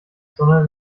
sondern